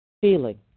feeling